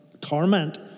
torment